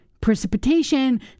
precipitation